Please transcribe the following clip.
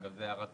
זו הערה טכנית.